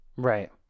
Right